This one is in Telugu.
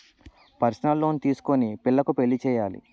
పర్సనల్ లోను తీసుకొని పిల్లకు పెళ్లి చేయాలి